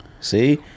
See